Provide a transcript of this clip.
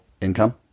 income